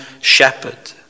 shepherd